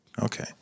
Okay